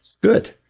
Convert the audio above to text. Good